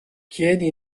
chiedi